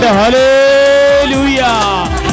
hallelujah